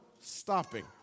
stopping